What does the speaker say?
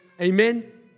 Amen